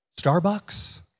Starbucks